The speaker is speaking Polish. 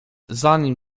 zanim